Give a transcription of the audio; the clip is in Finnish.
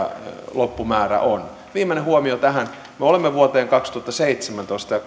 loppumäärä on viimeinen huomio tähän me olemme vuosien kaksituhattaseitsemäntoista ja